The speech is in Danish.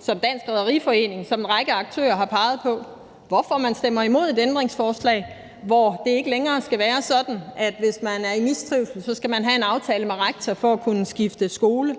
som Danske Rederier og en række aktører har peget på; hvorfor man stemmer imod et ændringsforslag, som skal sikre, at det ikke længere skal være sådan, at man, hvis man er i mistrivsel, skal have en aftale med rektor for at kunne skifte skole; og